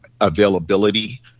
availability